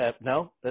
No